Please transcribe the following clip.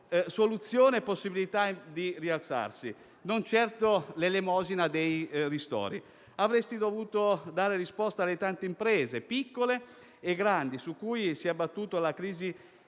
soluzioni e possibilità di rialzarsi, e non certo l'elemosina dei ristori. Avreste dovuto dare risposta alle tante imprese, piccole e grandi, sulle quali si è abbattuta la crisi